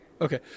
Okay